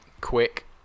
quick